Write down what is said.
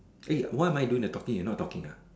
eh why I'm doing the talking you not talking ah